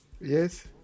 Yes